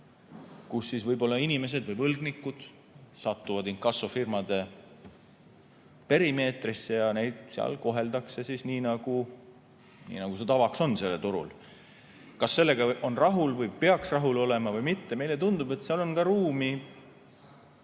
kus võib-olla inimesed või võlgnikud satuvad inkassofirmade perimeetrisse ja neid seal koheldakse nii, nagu see tavaks on sellel turul. Kas sellega peaks rahul olema või mitte? Meile tundub, et seal on ka ruumi